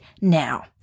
now